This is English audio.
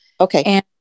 Okay